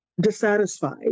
dissatisfied